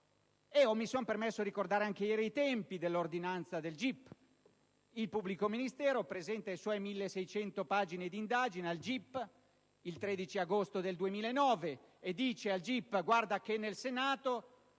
Mi sono permesso di ricordare ieri anche i tempi dell'ordinanza del GIP. Il pubblico ministero presenta le sue 1.600 pagine di indagine al GIP il 13 agosto 2009 e dice al GIP che nel Senato